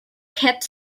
kept